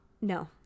no